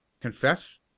Confess